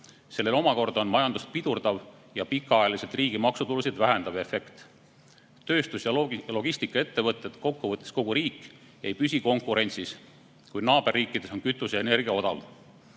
Sellel omakorda on majandust pidurdav ja pikaajaliselt riigi maksutulusid vähendav efekt. Tööstus- ja logistikaettevõtted ja kokkuvõttes kogu riik ei püsi konkurentsis, kui naaberriikides on kütus ja energia odavam.